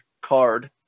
card